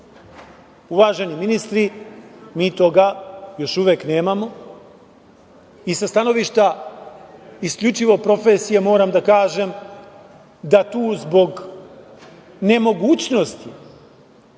Srbiji. Uvaženi ministri, mi toga još uvek nemamo. Sa stanovišta isključivo profesije, moram da kažem da tu zbog nemogućnosti